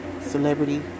celebrity